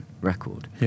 record